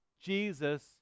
Jesus